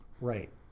Right